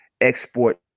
export